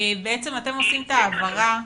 בעצם אתם עושים את העברת